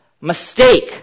mistake